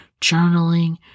journaling